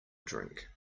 drink